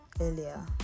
earlier